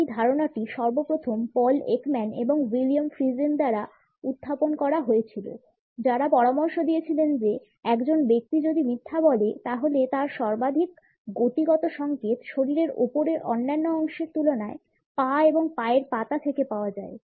এই ধারণাটি সর্বপ্রথম পল একম্যান এবং উইলিয়াম ফ্রিজেন দ্বারা উত্থাপন করা হয়েছিল যারা পরামর্শ দিয়েছিলেন যে একজন ব্যক্তি যদি মিথ্যা বলে তাহলে সর্বাধিক গতিগত সংকেত শরীরের উপরের অন্যান্য অংশের তুলনায় পা এবং পায়ের পাতা থেকে পাওয়া যায়